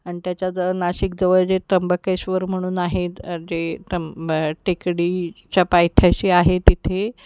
आणि त्याच्याजवळ नाशिकजवळ जे त्र्यंबकेश्वर म्हणून आहेत जे तंब टेकडीच्या पायथ्याशी आहे तिथे